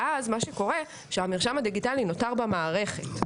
ואז מה שקורה זה שהמרשם הדיגיטלי נותר במערכת.